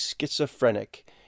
schizophrenic